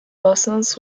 bosons